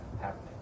happening